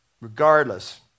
Regardless